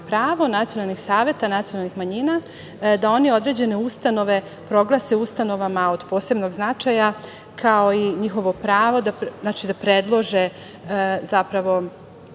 pravo nacionalnih saveta nacionalnih manjina, da one određene ustanove proglase ustanovama od posebnog značaj, kao i njihovo pravo, znači da predlože, zapravo